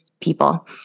people